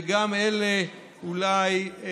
וגם אלה, אולי,